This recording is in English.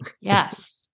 Yes